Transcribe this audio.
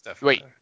wait